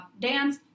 dance